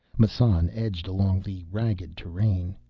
massan edged along the ragged terrain.